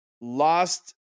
Lost